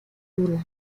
tula